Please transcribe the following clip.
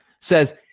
Says